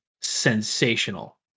sensational